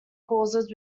causes